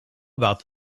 about